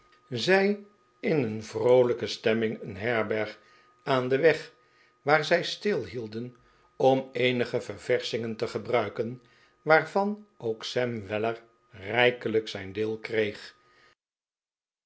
zij in een vroolijke stemming een herberg aan den weg waar zij stilhielden om eenige ververschingen te gebruiken waarvan ook sam weller rijkelijk zijn deel kreeg